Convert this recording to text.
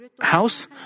house